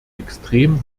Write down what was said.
extrem